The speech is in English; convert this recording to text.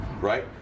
right